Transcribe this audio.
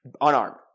unarmed